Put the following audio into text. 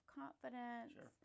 confidence